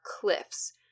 cliffs